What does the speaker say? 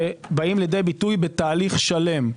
שבאים לידי ביטוי בתהליך שלם,